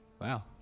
Wow